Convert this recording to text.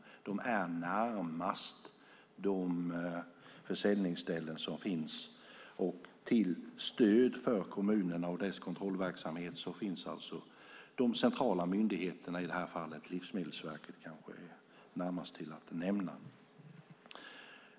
De är närmast de försäljningsställen som finns, och till stöd för kommunerna och deras kontrollverksamhet finns de centrala myndigheterna; i det här fallet är Livsmedelverket kanske det som ligger närmast.